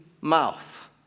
mouth